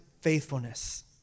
faithfulness